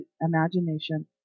imagination